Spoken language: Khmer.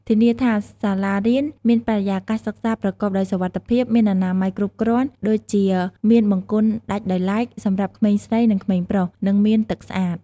ធានាថាសាលារៀនមានបរិយាកាសសិក្សាប្រកបដោយសុវត្ថិភាព មានអនាម័យគ្រប់គ្រាន់ ដូចជាមានបង្គន់ដាច់ដោយឡែកសម្រាប់ក្មេងស្រី និងក្មេងប្រុស និងមានទឹកស្អាត។